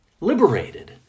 liberated